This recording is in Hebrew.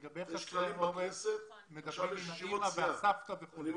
מדברים עם האימא והסבתא וכולי.